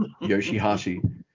Yoshihashi